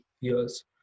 years